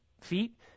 feet